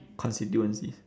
constituencies